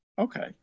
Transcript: okay